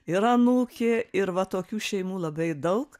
ir anūkė ir va tokių šeimų labai daug